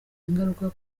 ingaruka